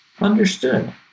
Understood